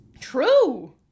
True